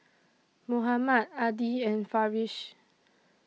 Muhammad Adi and Farish